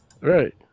right